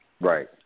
Right